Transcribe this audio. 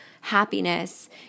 happiness